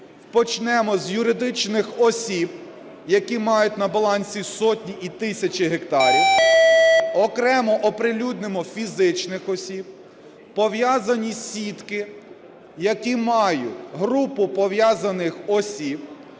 Почнемо з юридичних осіб, які мають на балансі сотні і тисячі гектарів, окремо оприлюднимо фізичних осіб, пов'язані сітки, які мають групу пов'язаних осіб,